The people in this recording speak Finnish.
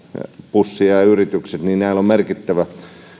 bussin yrityksillä on merkittävä